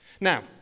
Now